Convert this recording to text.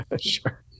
Sure